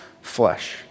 flesh